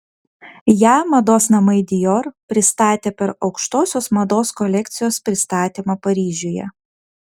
ją mados namai dior pristatė per aukštosios mados kolekcijos pristatymą paryžiuje